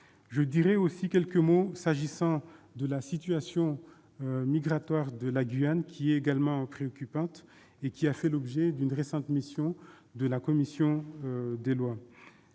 Je dirai enfin quelques mots sur la situation migratoire de la Guyane, qui est également préoccupante. Elle a fait l'objet d'une récente mission de la commission des lois.